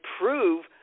prove